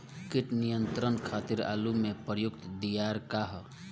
कीट नियंत्रण खातिर आलू में प्रयुक्त दियार का ह?